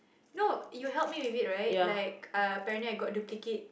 no you help me with it right like apparently I got to kick it